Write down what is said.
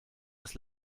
des